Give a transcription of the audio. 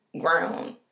ground